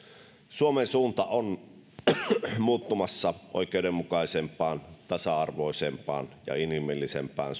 suomen suunta on muuttumassa oikeudenmukaisempaan tasa arvoisempaan ja inhimillisempään